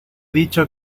dicho